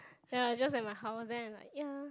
ya just at my house then I like ya